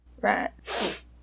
Right